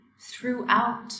throughout